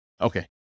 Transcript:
Okay